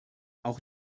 auch